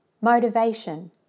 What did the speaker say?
Motivation